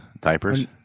diapers